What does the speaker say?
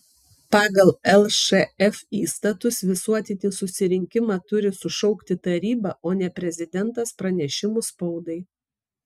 pagal lšf įstatus visuotinį susirinkimą turi sušaukti taryba o ne prezidentas pranešimu spaudai